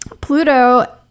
Pluto